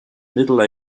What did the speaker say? middle